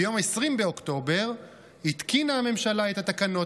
ביום 20 באוקטובר התקינה הממשלה את התקנות